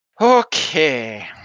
okay